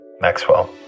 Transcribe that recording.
Maxwell